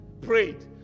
prayed